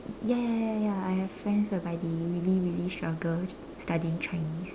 ya ya ya ya I have friends whereby they really really struggle studying Chinese